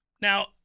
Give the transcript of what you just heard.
Now